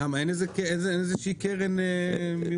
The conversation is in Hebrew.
אין איזושהי קרן?